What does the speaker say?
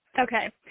Okay